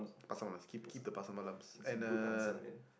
Pasar Malams keep keep the Pasar Malams and uh